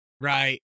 Right